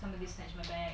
somebody snatch my bag